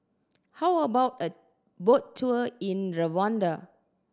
how about a boat tour in Rwanda